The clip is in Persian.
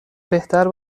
بهتر